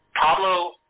Pablo